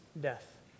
death